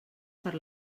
per